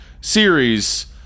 series